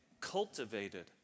cultivated